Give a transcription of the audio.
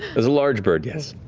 as a large bird, yes.